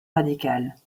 radicales